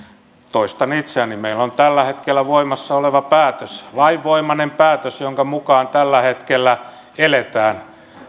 toistan itseäni meillä on tällä hetkellä voimassa oleva päätös lainvoimainen päätös jonka mukaan tällä hetkellä eletään